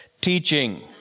teaching